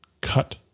cut